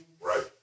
Right